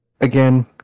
again